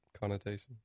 connotation